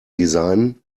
designen